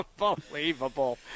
unbelievable